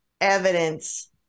evidence